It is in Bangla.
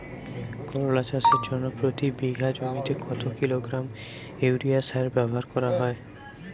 করলা চাষের জন্য প্রতি বিঘা জমিতে কত কিলোগ্রাম ইউরিয়া সার ব্যবহার করা হয়?